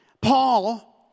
Paul